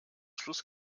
schluss